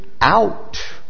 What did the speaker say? out